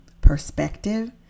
perspective